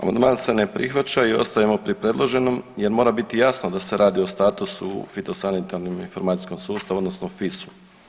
Amandman se ne prihvaća i ostajemo pri predloženom, jer mora biti jasno da se radi o statusu fitosanitarnom informacijskom sustavu odnosno FIS-u.